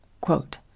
quote